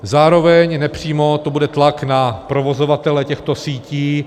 Zároveň nepřímo to bude tlak na provozovatele těchto sítí.